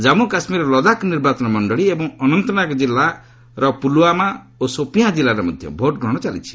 ଜନ୍ମୁ କାଶ୍ମୀରର ଲଦାଖ୍ ନିର୍ବାଚନ ମଣ୍ଡଳୀ ଏବଂ ଅନନ୍ତନାଗ କିଲ୍ଲା ପୁଲ୍ୱାମା ଓ ସୋପିଆଁ କିଲ୍ଲାରେ ମଧ୍ୟ ଭୋଟ୍ଗ୍ରହଣ ଚାଲିଛି